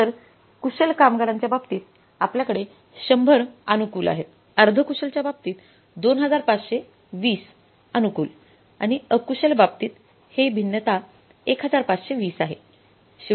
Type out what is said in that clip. तर कुशल कामगारांच्या बाबतीत आपल्याकडे 100 अनुकूल आहेत अर्ध कुशलच्या बाबतीत 2520 अनुकूल आणि अकुशल बाबतीत हे भिन्नता 1520 आहे